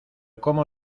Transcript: cómo